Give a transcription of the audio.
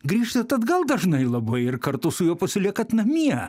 grįžtat atgal dažnai labai ir kartu su juo pasiliekat namie